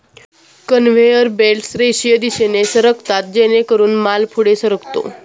conveyor belts रेषीय दिशेने सरकतात जेणेकरून माल पुढे सरकतो